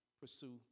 pursue